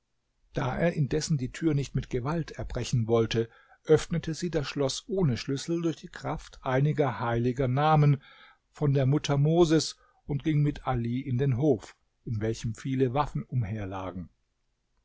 da er indessen die tür nicht mit gewalt erbrechen wollte öffnete sie das schloß ohne schlüssel durch die kraft einiger heiliger namen von der mutter moses und ging mit ali in den hof in welchem viele waffen umherlagen